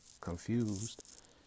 confused